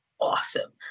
awesome